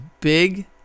big